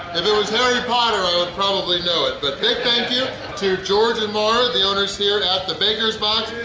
if it was harry potter i would probably know it! but big thank you to george and maura, the owners here at the baker's box!